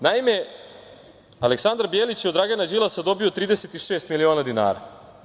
Naime, Aleksandar Bjelić je od Dragana Đilasa dobio 36 miliona dinara.